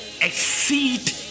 exceed